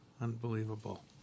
Unbelievable